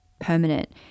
permanent